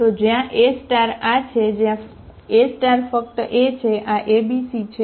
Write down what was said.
તો જ્યાં A આ છે જ્યાં A ફક્ત A છે આ A B C છે